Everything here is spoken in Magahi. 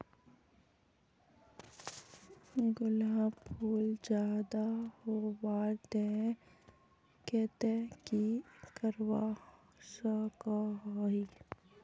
गुलाब फूल ज्यादा होबार केते की करवा सकोहो ही?